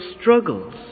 struggles